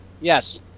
Yes